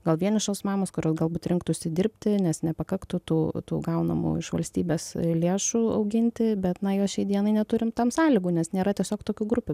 gal vienišos mamos kurios galbūt rinktųsi dirbti nes nepakaktų tų tų gaunamų iš valstybės lėšų auginti bet na jo šiai dienai neturim tam sąlygų nes nėra tiesiog tokių grupių